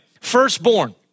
Firstborn